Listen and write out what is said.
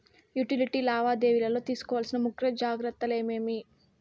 Utility లావాదేవీల లో తీసుకోవాల్సిన ముఖ్య జాగ్రత్తలు ఏమేమి?